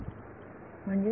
विद्यार्थी म्हणजे